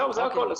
זה הכול.